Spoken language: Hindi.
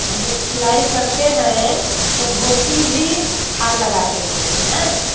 हम जब सिलाई करते हैं तो धोती भी फाल लगाते हैं ऐं